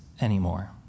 anymore